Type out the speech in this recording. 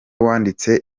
wanditse